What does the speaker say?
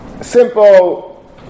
simple